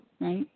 right